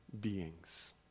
beings